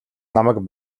намайг